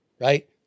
right